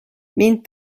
mind